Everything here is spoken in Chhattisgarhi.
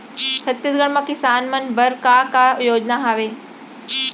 छत्तीसगढ़ म किसान मन बर का का योजनाएं हवय?